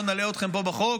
לא נלאה אתכם פה בחוק,